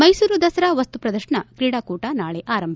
ಮೈಸೂರು ದಸರಾ ವಸ್ತು ಪ್ರದರ್ಶನ ಕ್ರೀಡಾಕೂಟ ನಾಳೆ ಆರಂಭ